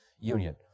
union